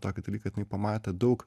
tokį dalyką kad jinai pamatė daug